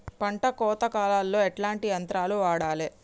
పంట కోత కాలాల్లో ఎట్లాంటి యంత్రాలు వాడాలే?